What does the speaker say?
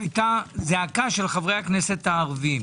הייתה זעקה של חברי הכנסת הערבים.